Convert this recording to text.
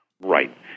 Right